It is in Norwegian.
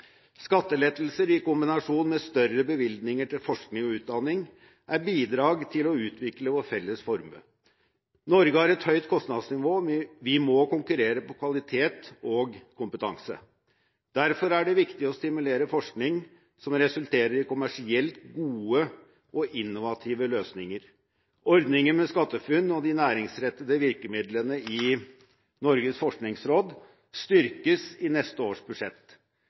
Skattelettelser i kombinasjon med større bevilgninger til forskning og utdanning er bidrag til å utvikle vår felles formue. Norge har et høyt kostnadsnivå, og vi må konkurrere på kvalitet og kompetanse. Derfor er det viktig å stimulere forskning som resulterer i kommersielt gode og innovative løsninger. Ordninger med skatteFUNN og de næringsrettede virkemidlene i Norges forskningsråd styrkes i neste års budsjett.